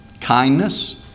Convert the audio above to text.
kindness